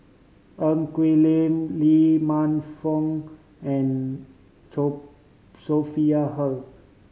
Ng Quee Lam Lee Man Fong and Sophia Hull